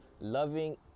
loving